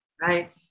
right